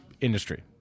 industry